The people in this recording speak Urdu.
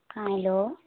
ہاں ہلو